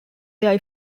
their